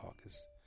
August